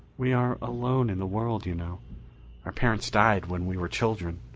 we are alone in the world, you know our parents died when we were children.